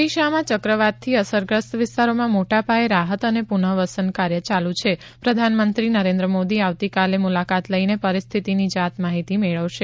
ઓડિશામાં ચક્રવાતથી અસરગ્રસ્ત વિસ્તારોમાં મોટાપાયે રાહત અને પુનઃવસન કાર્ય ચાલુ છે પ્રધાનમંત્રી નરેન્દ્ર મોદી આવતીકાલે મુલાકાત લઈને પરિસ્થિતિની જાતમાહિતી મેળવશે